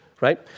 Right